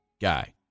guy